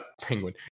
Penguin